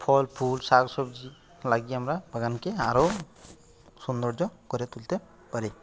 ফল ফুল শাকসবজি লাগিয়ে আমরা বাগানকে আরো সৌন্দর্য করে তুলতে পারি